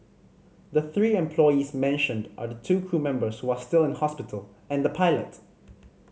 the three employees mentioned are the two crew members who are still in hospital and the pilot